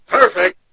Perfect